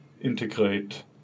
integrate